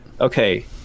okay